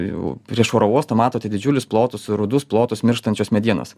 jau prieš oro uostą matote didžiulius plotus rudus plotus mirštančios medienos